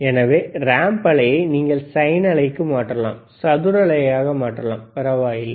எனவே ரேம்ப் அலையை நீங்கள் சைன் அலைக்கு மாற்றலாம் சதுர அலையாக மாற்றலாம் பரவாயில்லை